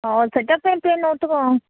ହଁ ସେଇଟା ପାଇଁ ପେନ୍ ହେଉଥିବ